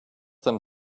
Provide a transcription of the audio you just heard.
them